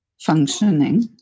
functioning